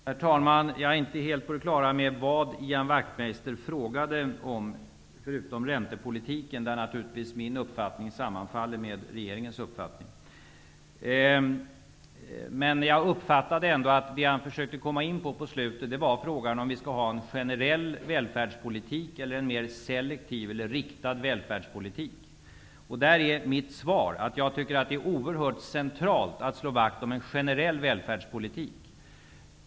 Herr talman! Jag är inte helt på det klara med vad Ian Wachtmeister frågade om förutom räntepolitiken, där min uppfattning naturligtvis sammanfaller med regeringens. Jag uppfattade ändå att han på slutet försökte komma in på frågan om vi skall ha en generell välfärdspolitik eller en som är mer selektiv, mer riktad. Där är mitt svar att jag tycker det är oerhört centralt att slå vakt om en generell välfärdspolitik.